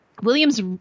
William's